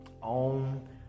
On